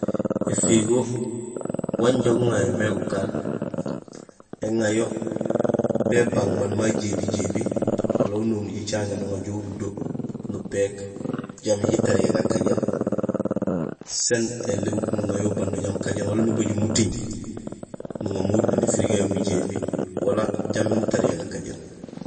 Éfirgo wanja guŋayomé gukaan; éŋayo bébang maal ma jébijébi wala nunomul jicaŋéén nuŋa jo urudo nupéék jambi jitariya gakajéén; sén éliw nuŋa yo uban do jambi kajéén wala nubajul muting nuŋa mo urudo néfirgo yayu mujébi wala jambi mutariya gakajéén.